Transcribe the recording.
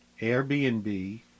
Airbnb